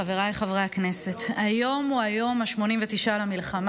חבריי חברי הכנסת, היום הוא היום ה-89 למלחמה,